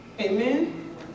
Amen